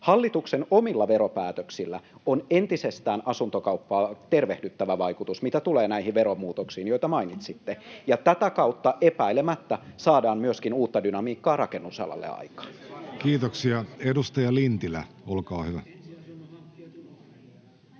Hallituksen omilla veropäätöksillä on entisestään asuntokauppaa tervehdyttävä vaikutus, mitä tulee näihin veromuutoksiin, joita mainitsitte, ja tätä kautta epäilemättä saadaan myöskin uutta dynamiikkaa rakennusalalle aikaan. [Johannes Koskinen: Ensiasunnon